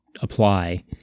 apply